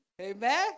Amen